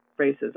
racism